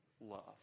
love